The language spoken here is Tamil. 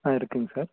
ஆ இருக்குதுங்க சார்